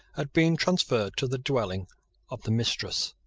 had been transferred to the dwelling of the mistress.